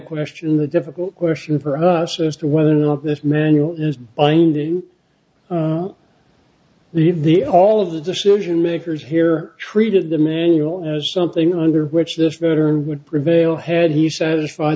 question the difficult question for us as to whether or not this manual is binding the the all of the decision makers here treated the manual as something under which this voter would prevail had he satisfied